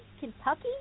Kentucky